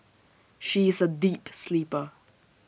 she is A deep sleeper